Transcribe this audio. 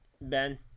ben